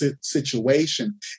situation